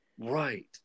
Right